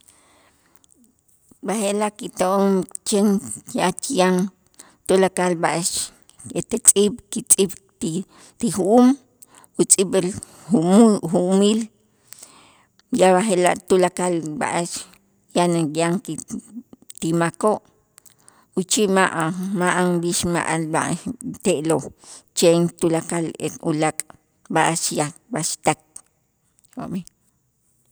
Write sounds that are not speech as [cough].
B'aje'laj kito'on chen jach yan tulakal b'a'ax ete tz'iib' kitz'iib' ti- ti ju'um utz'iib'el [unintelligible] ju'umil ya b'aje'laj tulakal b'a'ax yani yan ki [noise] ti makoo' uchij ma'a ma'an b'ix ma'an b'aj te'lo' chen tulakal e ulaak' b'a'ax ya b'a'axtak. jo'mij